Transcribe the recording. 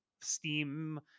steam